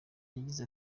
yagize